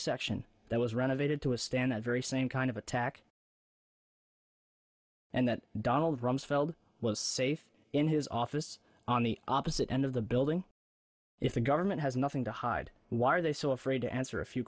section that was renovated to a stand that very same kind of attack and that donald rumsfeld was safe in his office on the opposite end of the building if the government has nothing to hide why are they so afraid to answer a few